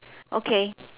okay